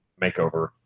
makeover